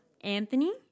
Anthony